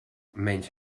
menys